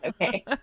okay